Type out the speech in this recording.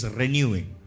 renewing